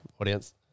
audience